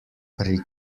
pri